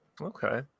okay